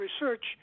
research